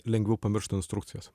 lengviau pamirštq instrukcijas